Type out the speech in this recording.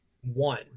one